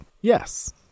Yes